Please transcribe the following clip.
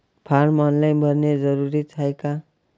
Form online भरने जरुरीचे हाय का?